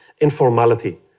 informality